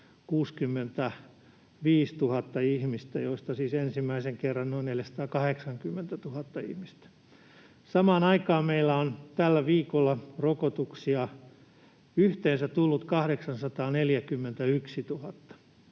565 000 ihmistä, joista siis ensimmäisen kerran noin 480 000 ihmistä. Samaan aikaan meille on tällä viikolla rokotuksia tullut yhteensä 841 000